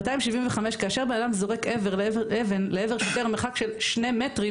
275 כאשר אדם זורק אבן לעבר שוטר ממרחק של שני מטרים,